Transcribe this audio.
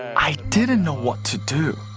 i didn't know what to do.